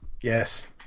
Yes